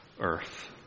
earth